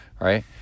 right